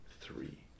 three